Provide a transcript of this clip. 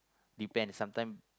depends sometime